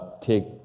take